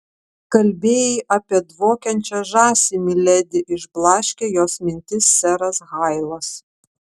kalbėjai apie dvokiančią žąsį miledi išblaškė jos mintis seras hailas